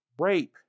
rape